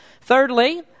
Thirdly